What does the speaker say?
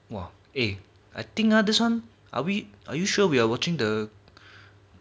!wah! eh I think ah this one are we are you sure we are watching the